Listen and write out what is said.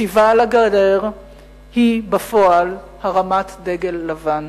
ישיבה על הגדר היא בפועל הרמת דגל לבן.